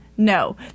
No